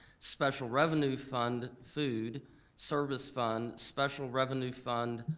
special revenue fund, food service fund, special revenue fund,